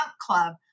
club